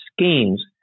schemes